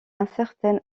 incertaine